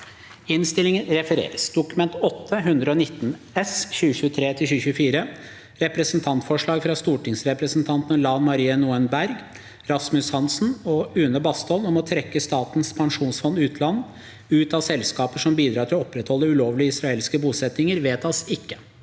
Innstilling fra finanskomiteen om Representantforslag fra stortingsrepresentantene Lan Marie Nguyen Berg, Rasmus Hansson og Une Bastholm om å trekke Statens pensjonsfond utland ut av selskaper som bidrar til å opprettholde ulovlige israelske bosettinger (Innst.